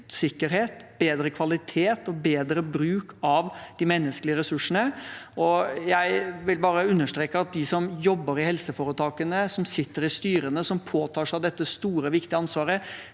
pasientsikkerhet, bedre kvalitet og bedre bruk av de menneskelige ressursene. Jeg vil bare understreke at de som jobber i helseforetakene, som sitter i styrene, som påtar seg dette store, viktige ansvaret,